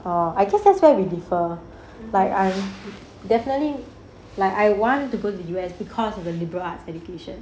orh I guess that's where we differ like I definitely like I want to go to U_S because of the liberal arts education